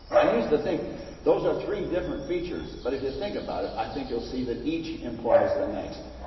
and i used to think those are three different features, but if you think about it, i think you'll see that each implies the next.